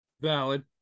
valid